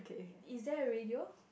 is is there a radio